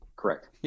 Correct